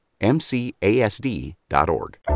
MCASD.org